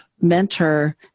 mentor